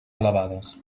elevades